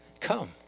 come